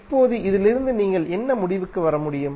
இப்போது இதிலிருந்து நீங்கள் என்ன முடிவுக்கு வர முடியும்